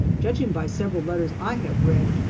judging by several letters i have read,